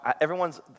Everyone's